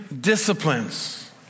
Disciplines